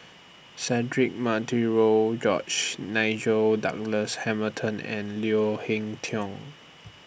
Cedric Monteiro George Nigel Douglas Hamilton and Leo Hee Tong